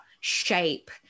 shape